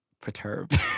perturbed